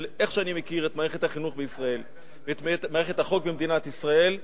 איך שאני מכיר את מערכת החינוך בישראל ואת מערכת החוק במדינת ישראל,